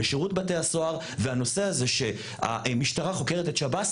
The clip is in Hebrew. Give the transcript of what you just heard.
לשירות בתי הסוהר והנושא הזה שהמשטרה חוקרת את שב"ס,